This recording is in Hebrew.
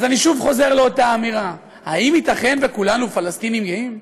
אז אני שוב חוזר לאותה אמירה: האם ייתכן שכולנו פלסטינים גאים?